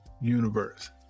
universe